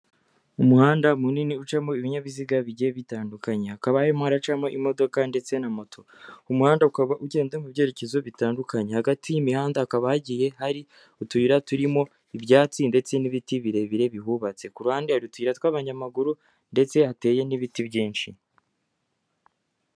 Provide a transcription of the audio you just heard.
Umuhanda munini ucamo ibinyabiziga bigiye bitandukanye, hakaba harimo haracamo imodoka ndetse na moto, umuhanda ukaba ugenda mu byerekezo bitandukanye, hagati y'imihanda hakaba hagiye hari utuyira turimo ibyatsi ndetse n'ibiti birebire bihubatse, ku ruhande hari utuyira tw'abanyamaguru ndetse hateye n'ibiti byinshi.